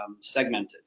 segmented